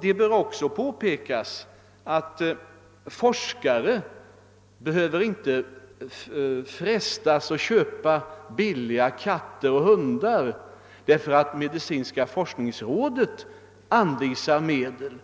Det bör också påpekas att forskarna inte behöver känna sig frestade att köpa billiga katter och hundar, ty medicinska forskningsrådet anvisar medel,